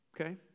Okay